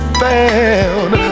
found